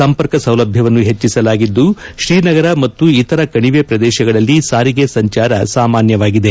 ಸಂಪರ್ಕ ಸೌಲಭ್ಯವನ್ನು ಹೆಚ್ಚಿಸಲಾಗಿದ್ದು ಶ್ರೀನಗರ ಮತ್ತು ಇತರ ಕಣಿವೆ ಪ್ರದೇಶಗಳಲ್ಲಿ ಸಾರಿಗೆ ಸಂಚಾರ ಸಾಮಾನ್ಯವಾಗಿದೆ